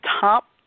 top